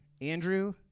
Andrew